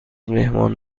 مهمان